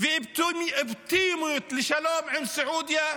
ועם אופטימיות לשלום עם סעודיה,